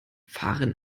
fahren